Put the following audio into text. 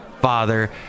father